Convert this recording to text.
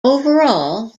overall